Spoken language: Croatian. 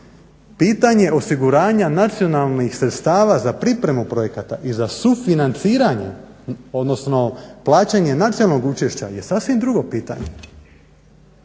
Pitanje osiguranja nacionalnih sredstava za pripremu projekata i za sufinanciranje odnosno plaćanje nacionalnog učešća je sasvim drugo pitanje.